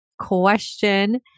question